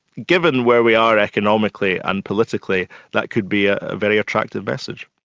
given where we are economically and politically, that could be a very attractive message.